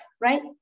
right